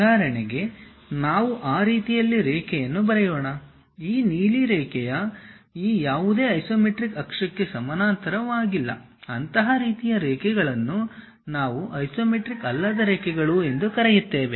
ಉದಾಹರಣೆಗೆ ನಾವು ಆ ರೀತಿಯಲ್ಲಿ ರೇಖೆಯನ್ನು ಬರೆಯೋಣ ಈ ನೀಲಿ ರೇಖೆಯು ಈ ಯಾವುದೇ ಐಸೊಮೆಟ್ರಿಕ್ ಅಕ್ಷಕ್ಕೆ ಸಮಾನಾಂತರವಾಗಿಲ್ಲ ಅಂತಹ ರೀತಿಯ ರೇಖೆಗಳನ್ನು ನಾವು ಐಸೊಮೆಟ್ರಿಕ್ ಅಲ್ಲದ ರೇಖೆಗಳು ಎಂದು ಕರೆಯುತ್ತೇವೆ